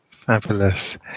Fabulous